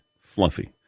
fluffy